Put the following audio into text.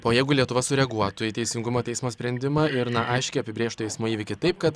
o jeigu lietuva sureaguotų į teisingumo teismo sprendimą ir aiškiai apibrėžtų eismo įvykį taip kad